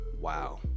Wow